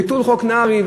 ביטול חוק נהרי,